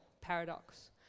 Paradox